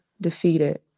defeated